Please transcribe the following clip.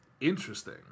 Interesting